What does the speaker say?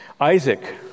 Isaac